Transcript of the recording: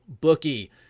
Bookie